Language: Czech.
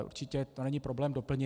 Určitě to není problém doplnit.